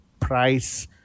price